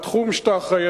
בתחום שאתה אחראי,